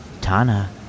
Tana